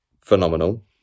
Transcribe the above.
phenomenal